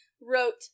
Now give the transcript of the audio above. wrote